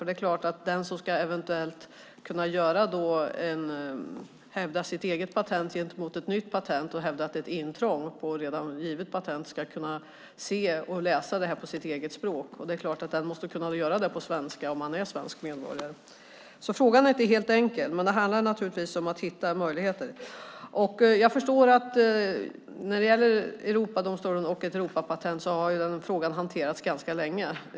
Det är klart att den som eventuellt ska kunna hävda sitt eget patent gentemot ett nytt patent och hävda att det är ett intrång på ett redan givet patent ska kunna se och läsa handlingarna på sitt eget språk. Det är klart att man måste kunna göra det på svenska om man är svensk medborgare. Frågan är inte helt enkel, men det handlar naturligtvis om att hitta möjligheter. Jag förstår att frågan om en Europadomstol och ett Europapatent har hanterats ganska länge.